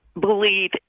believe